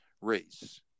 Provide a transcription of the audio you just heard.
race